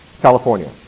California